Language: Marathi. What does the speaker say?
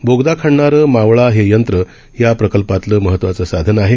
बोगदा खणणारं मावळा हे मशीन या प्रकल्पातलं महत्वाचं साधन आहे